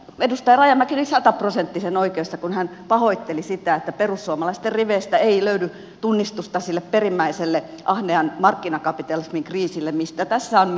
edustaja rajamäki oli sataprosenttisen oikeassa kun hän pahoitteli sitä että perussuomalaisten riveistä ei löydy tunnistusta sille perimmäiselle ahneen markkinakapitalismin kriisille mistä tässä on myös kysymys